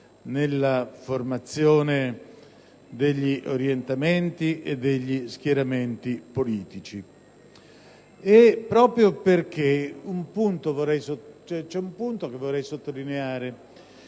nella formazione degli orientamenti e degli schieramenti politici. Vorrei sottolineare